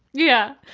yeah.